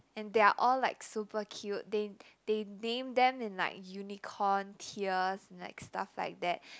and they are all like super cute they they name them in like unicorn tears like stuff like that